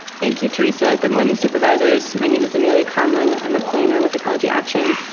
thank you, teresa. good morning supervisors. my name is amelia conlon. i'm a planner with ecology action.